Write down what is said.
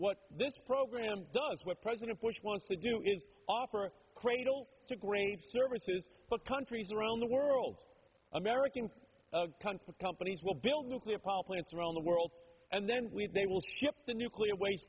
what this program does what president bush wants to do is offer cradle to grave services for countries around the world american companies will build nuclear power plants around the world and then they will ship the nuclear waste